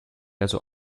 also